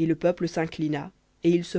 et le peuple s'inclina et ils se